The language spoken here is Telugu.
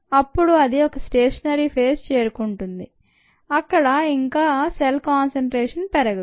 అప్పుడు అది ఒక స్టేషనరీ ఫేస్ చేరుకుంటుంది అక్కడ ఇంక సెల్ కాన్సంట్రేషన్ పెరగదు